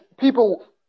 people